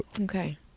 Okay